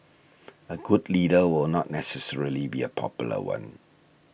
a good leader will not necessarily be a popular one